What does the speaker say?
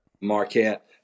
marquette